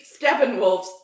Steppenwolfs